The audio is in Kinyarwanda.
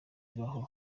zibaho